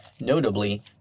Notably